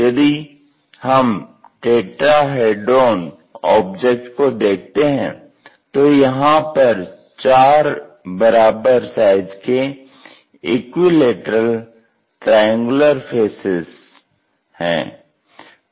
यदि हम tetrahedron object को देखते हैं तो यहां पर चार बराबर साइज के इक्विलैटरल ट्रायंगुलर फेसेज हैं